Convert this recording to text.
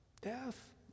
death